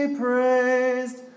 praised